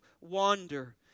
wander